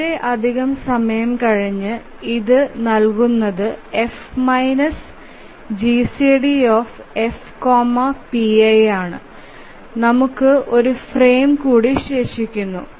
വളരെയധികം സമയം കഴിഞ്ഞു ഇത് നൽകുന്നത് F GCDF pi ആണ് നമുക്ക് ഒരു ഫ്രെയിം കൂടി ശേഷിക്കുന്നു